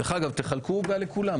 דרך אגב, תחלקו עוגה לכולם.